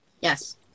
yes